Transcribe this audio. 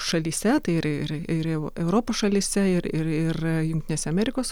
šalyse tai ir ir ir eu europos šalyse ir ir ir jungtinėse amerikos